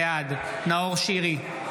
בעד נאור שירי,